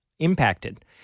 impacted